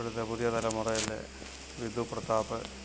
ഇപ്പോഴത്തെ പുതിയ തലമുറയിലെ വിധു പ്രതാപ്